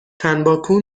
تنباکو